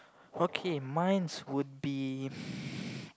okay mines would be